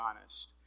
honest